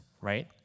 right